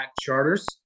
Charters